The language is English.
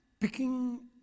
picking